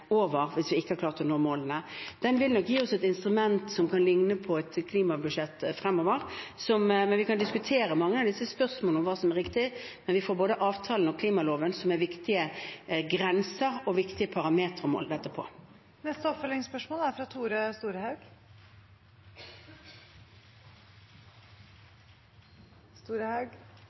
over, hvis vi ikke har klart å nå målene. Det vil gi oss et instrument som nok kan ligne på et klimabudsjett fremover. Vi kan diskutere mange av spørsmålene om hva som er riktig, men vi får både en avtale og klimaloven, som er viktige grenser og viktige parametre å måle dette etter. Det blir oppfølgingsspørsmål – først Tore Storehaug.